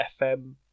FM